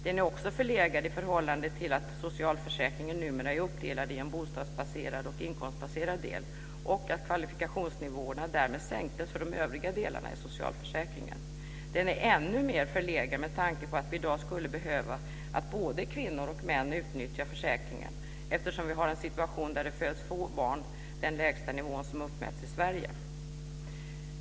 Den är också förlegad i förhållande till att socialförsäkringen numera är uppdelad i en bostadsbaserad och en inkomstbaserad del och att kvalifikationsnivåerna därmed sänktes för de övriga delarna i socialförsäkringen. Den är ännu mer förlegad med tanke på att vi i dag skulle behöva både kvinnor och män som utnyttjar försäkringen, eftersom vi har en situation där det föds få barn. Det är den lägsta nivån som uppmätts i Sverige.